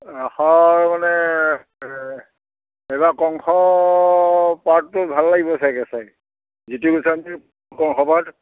ৰাসৰ মানে এইবাৰ কংশ পাৰ্টটো ভাল লাগিব চাগে চাই জিতু গোস্বামীৰ কংশ পাৰ্ট